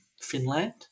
Finland